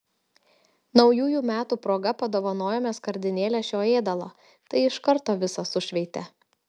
naujųjų metų proga padovanojome skardinėlę šio ėdalo tai iš karto visą sušveitė